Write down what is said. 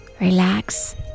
relax